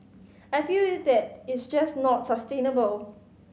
I feel that it's just not sustainable